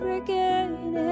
again